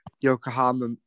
Yokohama